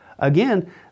Again